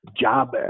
job